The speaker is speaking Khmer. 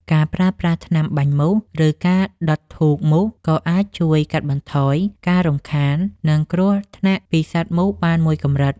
ការប្រើប្រាស់ថ្នាំបាញ់មូស ឬការដុតធូបមូសក៏អាចជួយកាត់បន្ថយការរំខាន និងគ្រោះថ្នាក់ពីសត្វមូសបានមួយកម្រិត។